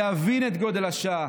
להבין את גודל השעה,